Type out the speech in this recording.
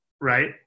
right